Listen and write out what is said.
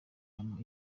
yarayemo